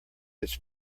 its